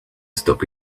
stop